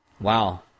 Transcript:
Wow